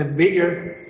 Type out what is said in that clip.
and bigger,